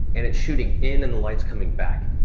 and it's shooting in and the light's coming back.